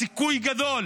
הסיכוי גדל